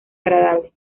agradable